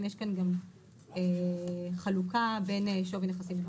לכן יש כאן חלוקה בין שווי נכסים.